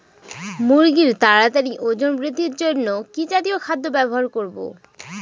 মুরগীর তাড়াতাড়ি ওজন বৃদ্ধির জন্য কি জাতীয় খাদ্য ব্যবহার করব?